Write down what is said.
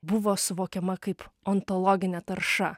buvo suvokiama kaip ontologinė tarša